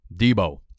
Debo